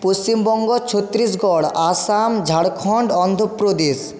Paschimbanga Chhattisgarh Assam Jharkhand Andhra Pradesh